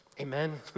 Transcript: Amen